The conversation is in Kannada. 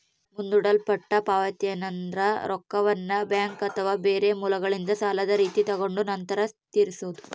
ಮುಂದೂಡಲ್ಪಟ್ಟ ಪಾವತಿಯೆಂದ್ರ ರೊಕ್ಕವನ್ನ ಬ್ಯಾಂಕ್ ಅಥವಾ ಬೇರೆ ಮೂಲಗಳಿಂದ ಸಾಲದ ರೀತಿ ತಗೊಂಡು ನಂತರ ತೀರಿಸೊದು